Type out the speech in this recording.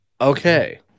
Okay